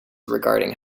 regarding